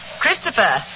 Christopher